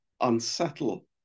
unsettle